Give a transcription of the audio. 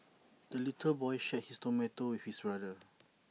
the little boy shared his tomato with his brother